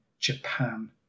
Japan